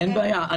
אין בעיה.